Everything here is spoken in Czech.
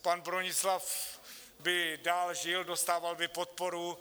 Pan Bronislav by dál žil, dostával by podporu.